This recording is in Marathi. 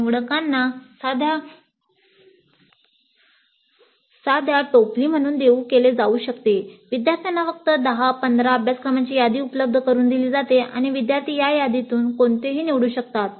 निवडकांना साध्या टोपली म्हणून देऊ केले जाऊ शकते विद्यार्थ्यांना फक्त दहा पंधरा अभ्यासक्रमांची यादी उपलब्ध करुन दिली जाते आणि विद्यार्थी या यादीतून कोणतेही निवडू शकतात